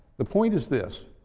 the point is this.